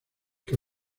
que